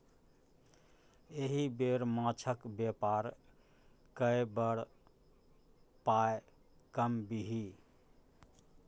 एहि बेर माछक बेपार कए बड़ पाय कमबिही